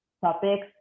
topics